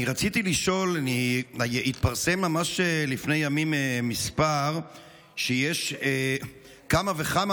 אני רציתי לשאול: התפרסם ממש לפני ימים מספר שיש כמה וכמה